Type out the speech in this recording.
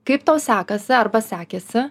kaip tau sekasi arba sekėsi